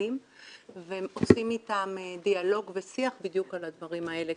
המנהלים ועושים איתם דיאלוג ושיח בדיוק על הדברים האלה,